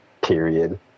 Period